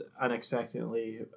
unexpectedly